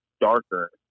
darker